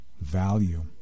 value